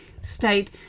state